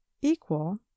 equal